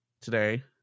Today